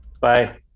Bye